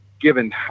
given